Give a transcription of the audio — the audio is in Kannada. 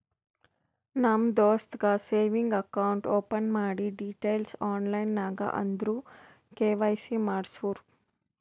ನಮ್ ದೋಸ್ತಗ್ ಸೇವಿಂಗ್ಸ್ ಅಕೌಂಟ್ ಓಪನ್ ಮಾಡಿ ಡೀಟೈಲ್ಸ್ ಆನ್ಲೈನ್ ನಾಗ್ ಅಂದುರ್ ಕೆ.ವೈ.ಸಿ ಮಾಡ್ಸುರು